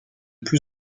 plus